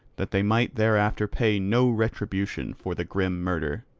that they might thereafter pay no retribution for the grim murder.